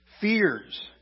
Fears